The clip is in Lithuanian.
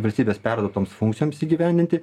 valstybės perduotoms funkcijoms įgyvendinti